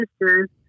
sister's